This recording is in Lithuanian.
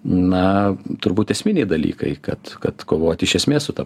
na turbūt esminiai dalykai kad kad kovot iš esmės su ta